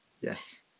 Yes